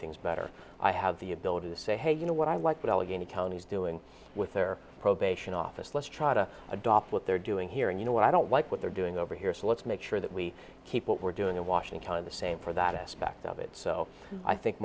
things better i have the ability to say hey you know what i like what allegheny county is doing with their probation office let's try to adopt what they're doing here and you know what i don't like what they're doing over here so let's make sure that we keep what we're doing in washington the same for that aspect of it so i think